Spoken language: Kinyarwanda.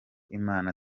imana